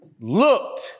looked